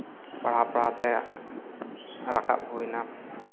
ᱯᱟᱲᱦᱟᱣ ᱯᱟᱲᱦᱟᱣᱛᱮ ᱨᱟᱠᱟᱵ ᱦᱩᱭᱱᱟ